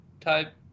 type